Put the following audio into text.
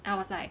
I was like